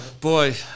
Boy